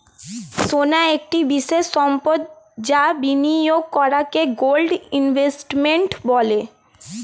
সোনা একটি বিশেষ সম্পদ যা বিনিয়োগ করাকে গোল্ড ইনভেস্টমেন্ট বলে